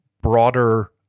broader